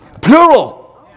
Plural